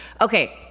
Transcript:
okay